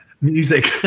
music